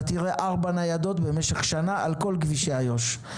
אתה תראה 4 ניידות במשך שנה על כל כבישי איו"ש.